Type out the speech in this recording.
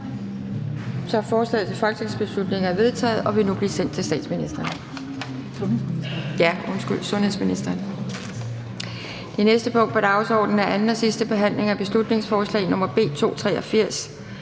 (ALT). Forslaget til folketingsbeslutning er vedtaget og vil nu blive sendt til sundhedsministeren. --- Det næste punkt på dagsordenen er: 53) 2. (sidste) behandling af beslutningsforslag nr. B 283: